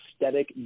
aesthetic